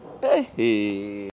Hey